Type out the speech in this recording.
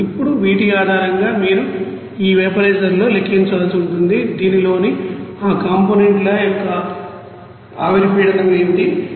ఇప్పుడు వీటి ఆధారంగా మీరు ఈ వేపరైజర్ లో లెక్కించాల్సి ఉంటుంది దీనిలోని ఆ కాంపోనెంట్ ల యొక్క ఆవిరి పీడనం ఏమిటి